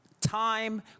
time